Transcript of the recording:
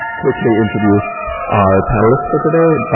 quickly introduce our panelists for today.